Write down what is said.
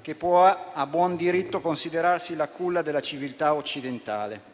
che può a buon diritto considerarsi la culla della civiltà occidentale.